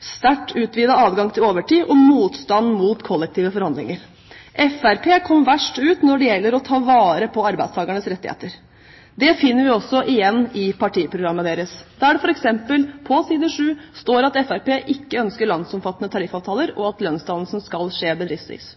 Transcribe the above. sterkt utvidet adgang til overtid og motstand mot kollektive forhandlinger. Fremskrittspartiet kom verst ut når det gjaldt å ta vare på arbeidstakernes rettigheter. Det finner vi også igjen i partiprogrammet deres, der det f.eks. på side 7 står at Fremskrittspartiet ikke ønsker landsomfattende tariffavtaler, og at lønnsdannelsen skal skje bedriftsvis.